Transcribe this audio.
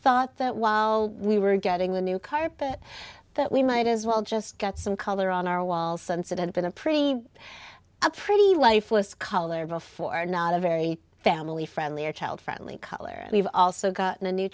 thought that while we were getting the new carpet that we might as well just get some color on our wall since it had been a pretty a pretty lifeless color before not a very family friendly or child friendly color and we've also gotten a new